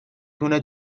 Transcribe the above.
تونه